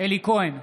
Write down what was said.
אלי כהן,